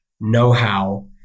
know-how